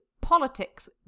politics